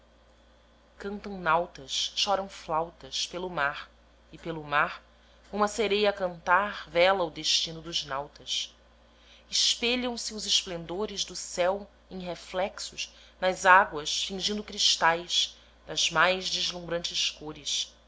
camtam nautas choram flautas pelo mar e pelo mar uma sereia a cantar vela o destino dos nautas espelham se os esplendores do céu em reflexos nas águas fingindo cristais das mais deslumbrantes cores